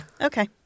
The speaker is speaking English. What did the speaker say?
Okay